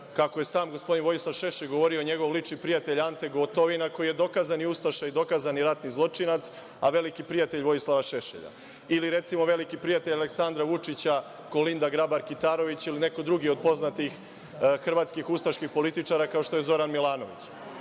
kako je sam gospodin Vojislav Šešelj govorio, njegov lični prijatelj Ante Gotovina koji je dokazani ustaša i dokazani ratni zločinac, a veliki prijatelj Vojislava Šešelja ili recimo, veliki prijatelj Aleksandra Vučića, Kolinda Grabar Kitarević ili neko drugi od poznatih hrvatskih ustaških političara, kao što je Zoran Milanović. Dakle,